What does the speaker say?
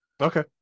okay